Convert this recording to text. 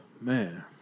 Man